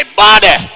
body